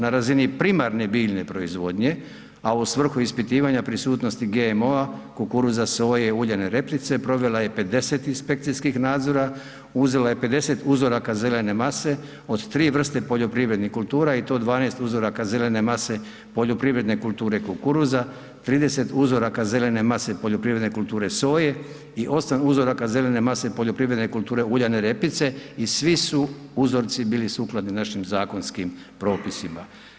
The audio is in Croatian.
Na razini primarne biljne proizvodnje, a u svrhu ispitivanja prisutnosti GMO-a, kukuruza, soje, uljane repice, provela je 50 inspekcijskih nadzora, uzela je 50 uzoraka zelene mase od 3 vrste poljoprivrednih kultura i to 12 uzoraka zelene mase poljoprivredne kulture kukuruza, 30 uzoraka zelene mase poljoprivredne kulture soje i 8 uzoraka zelene mase poljoprivredne kulture uljane repice i svi su uzorci bili sukladni našim zakonskim propisima.